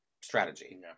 strategy